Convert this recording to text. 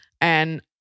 And-